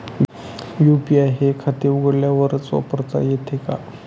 UPI हे खाते उघडल्यावरच वापरता येते का?